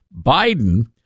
Biden